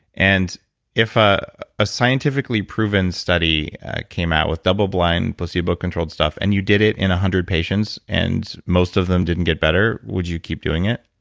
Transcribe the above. and if a ah scientifically proven study came out with double blind placebo controlled stuff and you did it in one hundred patients, and most of them didn't get better, would you keep doing it?